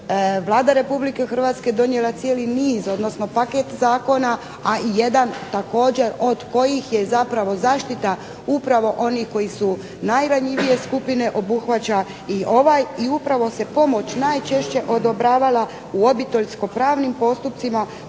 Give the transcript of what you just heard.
Vlada Republike Hrvatske donijela cijeli niz odnosno paket zakona a i jedan također od kojih je zaštita upravo onih koji su najranjivije skupine obuhvaća i ovaj i najčešće se pomoć odobravala u obiteljsko pravnim postupcima